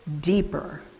deeper